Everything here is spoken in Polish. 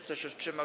Kto się wstrzymał?